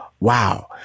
Wow